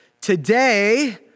Today